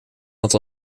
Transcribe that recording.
had